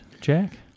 Jack